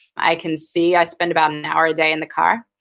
i can see i spend about an hour a day in the car.